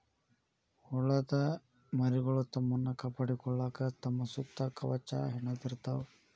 ಹುಳದ ಮರಿಗಳು ತಮ್ಮನ್ನ ಕಾಪಾಡಕೊಳಾಕ ತಮ್ಮ ಸುತ್ತ ಕವಚಾ ಹೆಣದಿರತಾವ